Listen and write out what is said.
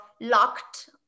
locked